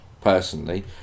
personally